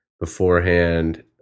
Beforehand